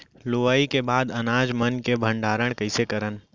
लुवाई के बाद अनाज मन के भंडारण कईसे करन?